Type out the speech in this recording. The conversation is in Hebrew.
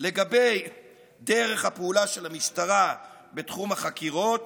לגבי דרך הפעולה של המשטרה בתחום החקירות